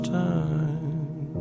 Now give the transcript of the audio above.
time